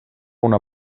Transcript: una